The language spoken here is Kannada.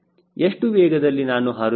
ಎಷ್ಟು ವೇಗದಲ್ಲಿ ನಾನು ಹಾರುತ್ತೇನೆ